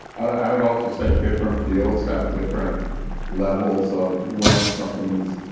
i would also say different fields have different levels of when something's